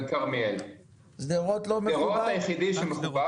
היחידי שמחובר